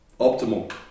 optimal